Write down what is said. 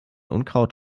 unkraut